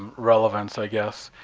relevance i guess.